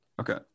Okay